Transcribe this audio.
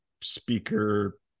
Speaker